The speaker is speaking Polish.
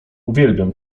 uwielbiam